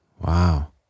Wow